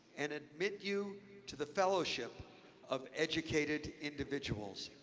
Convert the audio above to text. and admit you to the fellowship of educated individuals.